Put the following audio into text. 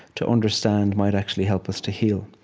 to understand might actually help us to heal.